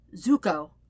Zuko